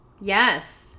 yes